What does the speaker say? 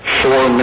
four